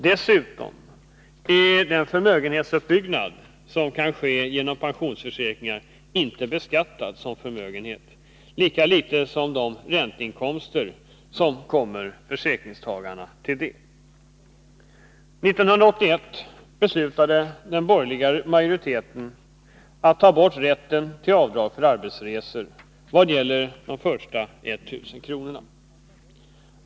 Dessutom är den förmögenhetsuppbyggnad som sker genom pensionsförsäkringar inte beskattad som förmögenhet liksom de ränteinkomster som kommer försäkringstagarna till del. 1981 beslutade den borgerliga majoriteten att ta bort rätten till avdrag för arbetsresor vad gäller de första 1000 kronorna.